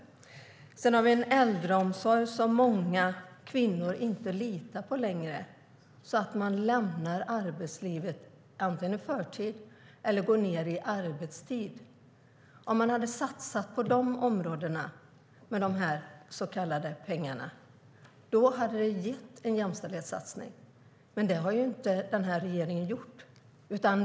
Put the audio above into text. Sedan litar inte kvinnor längre på äldreomsorgen. De lämnar arbetslivet i förtid eller går ned i arbetstid. Om man hade satsat de så kallade pengarna på de områdena hade det varit en jämställdhetssatsning. Men det har inte regeringen gjort.